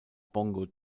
bongo